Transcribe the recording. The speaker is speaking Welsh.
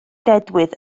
dedwydd